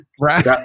Right